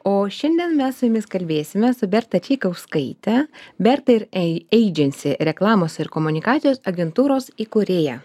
o šiandien mes su jumis kalbėsime su berta čaikauskaite berta ir eidžensi reklamos ir komunikacijos agentūros įkūrėja